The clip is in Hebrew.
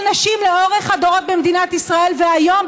נשים לאורך הדורות במדינת ישראל והיום,